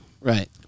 right